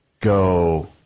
Go